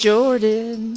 Jordan